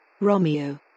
Romeo